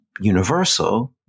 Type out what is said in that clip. universal